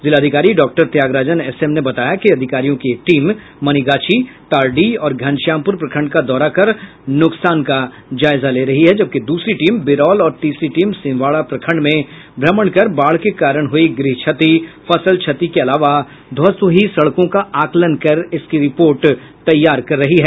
जिलाधिकारी doctor Tyagarajan S M ने बताया कि अधिकारियों की एक टीम मनीगाछी तारडीह और घनश्यामपुर प्रखंड का दौरा कर नुकसान का जायजा ले रही है जबकि दूसरी टीम बिरौल और तीसरी टीम सिंहवाड़ा प्रखंड में भम्रण कर बाढ़ के कारण हुयी गृह क्षति फसल क्षति के अलावा ध्वस्त हुयी सड़कों का आंकलन कर इसकी रिपोर्ट तैयार कर रही है